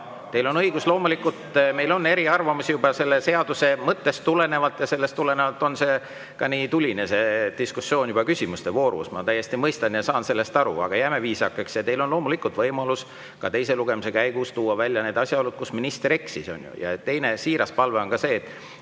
Teil on õigus, loomulikult, meil on eriarvamusi juba selle seaduse mõttest tulenevalt ja sellest tulenevalt on ka nii tuline see diskussioon juba küsimuste voorus. Ma täiesti mõistan ja saan sellest aru, aga jääme viisakaks. Teil on loomulikult võimalus ka teise lugemise käigus tuua välja need asjaolud, kus minister eksis, on ju. Ja teine siiras palve on see, et